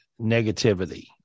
negativity